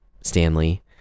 Stanley